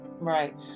Right